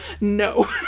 No